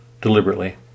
deliberately